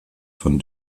von